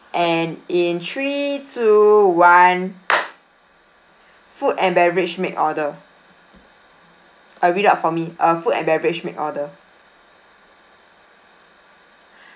and in three two one food and beverage make order uh read out for me uh food and beverage make order